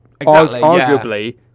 arguably